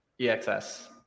EXS